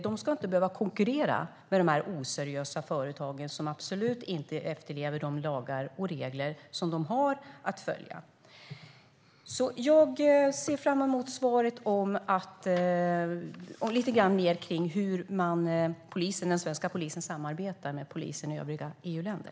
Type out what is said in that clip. De ska inte behöva konkurrera med oseriösa företag som inte efterlever de lagar och regler som de har att följa. Jag ser fram emot att få veta lite mer om hur den svenska polisen samarbetar med polisen i övriga EU-länder.